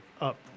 up